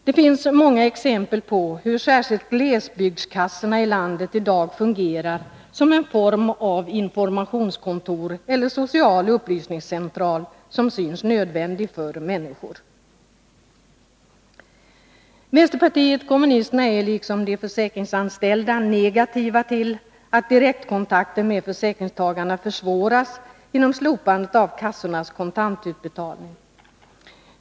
Det finns många exempel på hur särskilt glesbygdskassorna i landet i dag fungerar som en form av informationskontor eller social upplysningscentral som syns nödvändig för människor. Vi inom vpk är liksom de försäkringsanställda negativa till att direktkontakten med försäkringstagarna försvåras genom slopandet av kassornas kontantutbetalning.